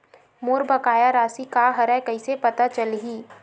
मोर बकाया राशि का हरय कइसे पता चलहि?